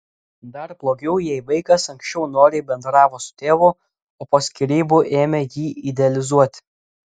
dar blogiau jei vaikas anksčiau noriai bendravo su tėvu o po skyrybų ėmė jį idealizuoti